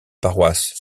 paroisse